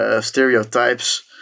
stereotypes